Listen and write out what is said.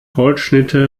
holzschnitte